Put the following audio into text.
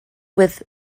with